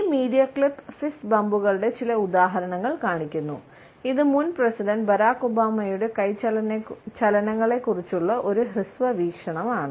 ഈ media clip fist ബമ്പ്കളുടെ ചില ഉദാഹരണങ്ങൾ കാണിക്കുന്നു ഇത് മുൻ പ്രസിഡന്റ് ബരാക് ഒബാമയുടെ കൈ ചലനങ്ങളെക്കുറിച്ചുള്ള ഒരു ഹ്രസ്വ വീക്ഷണമാണ്